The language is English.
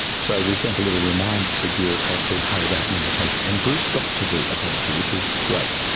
so we sent a little reminder to the bureaucrats who hurried out an invitation. and bruce got to the apology, which was great.